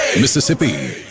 Mississippi